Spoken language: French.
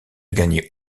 gagner